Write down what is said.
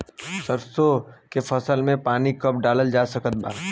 सरसों के फसल में पानी कब डालल जा सकत बा?